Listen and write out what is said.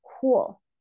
cool